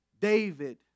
David